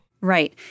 Right